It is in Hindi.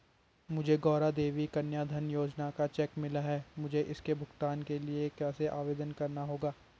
मुझे गौरा देवी कन्या धन योजना का चेक मिला है मुझे इसके भुगतान के लिए कैसे आवेदन करना होगा?